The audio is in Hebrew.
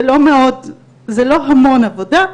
זה לא המון עבודה,